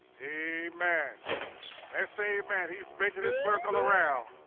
a man let's say man. he's making a circle around.